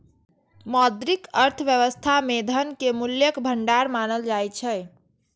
मौद्रिक अर्थव्यवस्था मे धन कें मूल्यक भंडार मानल जाइ छै